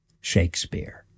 shakespeare